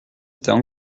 étaient